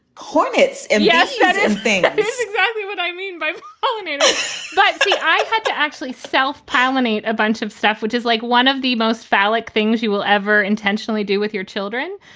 cornets and yeah think this is exactly what i mean by it but see, i had to actually self pollinate a bunch of stuff, which is like one of the most phallic things you will ever intentionally do with your children.